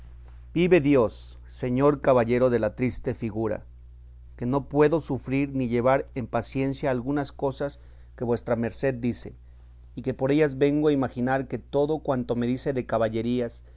vive dios señor caballero de la triste figura que no puedo sufrir ni llevar en paciencia algunas cosas que vuestra merced dice y que por ellas vengo a imaginar que todo cuanto me dice de caballerías